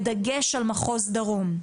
בדגש על מחוז דרום.